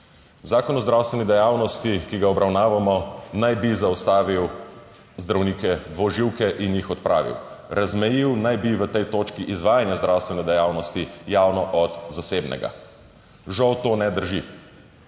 Zakon o zdravstveni dejavnosti, ki ga obravnavamo, naj bi zaustavil zdravnike dvoživke in jih odpravil. Razmejil naj bi v tej točki izvajanje zdravstvene dejavnosti javno od zasebnega. Žal, to ne drži.